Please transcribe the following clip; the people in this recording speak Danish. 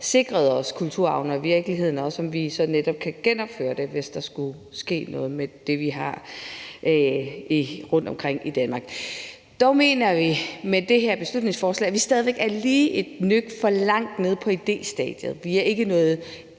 sikret os kulturarven og i virkeligheden også, at vi så netop kan genopføre det, hvis der skulle ske noget med det, vi har rundtomkring i Danmark. Dog mener vi, at vi med det her beslutningsforslag lige er et nøk for langt nede på idéstadiet; vi er ikke nået